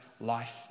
life